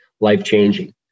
life-changing